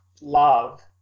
love